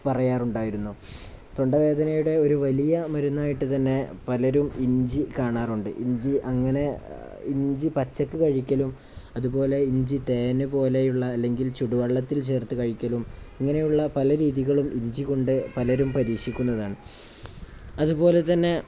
പറയാറുണ്ടായിരുന്നു തൊണ്ടവേദനയുടെ ഒരു വലിയ മരുന്നായിട്ട് തന്നെ പലരും ഇഞ്ചി കാണാറുണ്ട് ഇഞ്ചി അങ്ങനെ ഇഞ്ചി പച്ചയ്ക്ക് കഴിക്കലും അതുപോലെ ഇഞ്ചി തേന് പോലെയുള്ള അല്ലെങ്കിൽ ചൂടുവെള്ളത്തിൽ ചേർത്ത് കഴിക്കലും ഇങ്ങനെയുള്ള പല രീതികളും ഇഞ്ചി കൊണ്ട് പലരും പരീക്ഷിക്കുന്നതാണ് അതുപോലെ തന്നെ